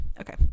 Okay